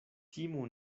timu